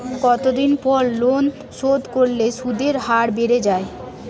কতদিন পর লোন শোধ করলে সুদের হার বাড়ে য়ায়?